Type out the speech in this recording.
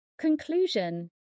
Conclusion